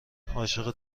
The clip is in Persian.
عاشق